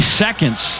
seconds